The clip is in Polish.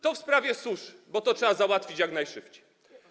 To w sprawie suszy, bo to trzeba załatwić jak najszybciej.